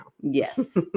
Yes